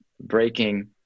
breaking